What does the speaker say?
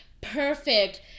perfect